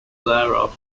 thereof